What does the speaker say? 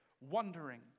wondering